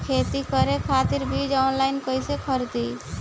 खेती करे खातिर बीज ऑनलाइन कइसे खरीदी?